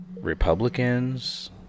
Republicans